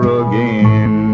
again